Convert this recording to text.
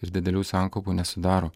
ir didelių sankaupų nesudaro